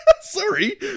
sorry